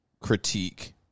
critique